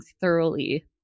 thoroughly